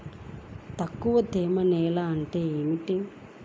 తక్కువ తేమ నేల అంటే ఏమిటి?